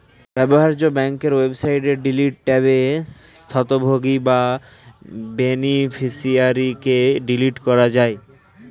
ব্যবহার্য ব্যাংকের ওয়েবসাইটে ডিলিট ট্যাবে স্বত্বভোগী বা বেনিফিশিয়ারিকে ডিলিট করা যায়